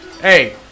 Hey